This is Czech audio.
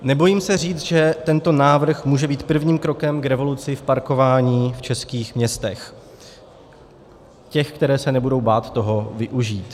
Nebojím se říct, že tento návrh může být prvním krokem k revoluci v parkování v českých městech, těch, která se nebudou bát toho využít.